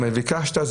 אם ביקשת,